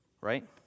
right